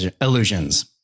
Illusions